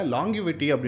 Longevity